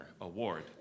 Award